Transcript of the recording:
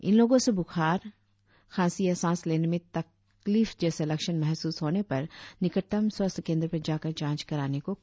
इन लोगों से ब्रुखार खांसी या सांस लेने में तकलीफ जैसे लक्षण महसूस होने पर निकटतम स्वास्थ्य केंद्र पर जाकर जांच कराने को कहा गया है